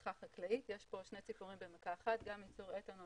יש פה שתי ציפורים במכה אחת, גם ייצור אתנול